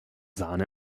sahne